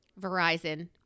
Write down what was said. Verizon